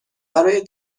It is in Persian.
برای